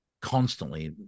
constantly